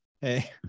Hey